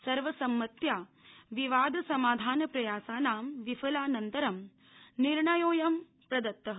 सर्वसम्मत्या विवाद समाधानप्रयासानां विफलानन्तरं निर्णयोऽयं प्रदत्तः